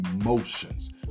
emotions